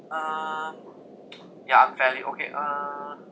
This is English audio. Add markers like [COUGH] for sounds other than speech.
ah [NOISE] ya unfairly okay uh